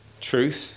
truth